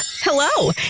hello